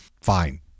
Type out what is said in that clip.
Fine